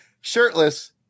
shirtless